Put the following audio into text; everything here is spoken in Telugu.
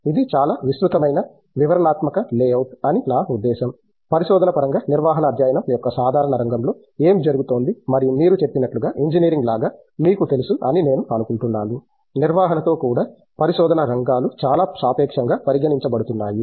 ఇది చాలా విస్తృతమైన వివరణాత్మక లేఅవుట్ అని నా ఉద్దేశ్యం పరిశోధన పరంగా నిర్వహణ అధ్యయనం యొక్క సాధారణ రంగంలో ఏమి జరుగుతోంది మరియు మీరు చెప్పినట్లుగా ఇంజనీరింగ్ లాగా మీకు తెలుసు అని నేను అనుకుంటున్నాను నిర్వహణతో కూడా పరిశోధన రంగాలు చాలా సాపేక్షంగా పరిగణించబడుతున్నాయి